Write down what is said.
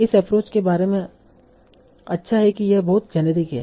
इस एप्रोच के बारे में अच्छा है कि यह बहुत जेनेरिक है